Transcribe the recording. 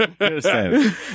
understand